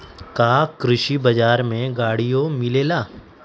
का कृषि बजार में गड़ियो मिलेला?